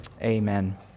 amen